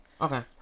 Okay